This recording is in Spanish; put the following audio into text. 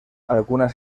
algunas